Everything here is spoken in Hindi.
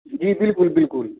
जी बिल्कुल बिल्कुल